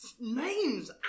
names